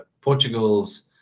Portugal's